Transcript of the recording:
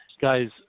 Guys